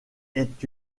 est